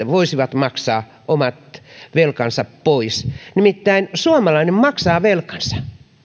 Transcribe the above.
voisivat maksaa omat velkansa pois nimittäin suomalainen maksaa velkansa